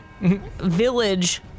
village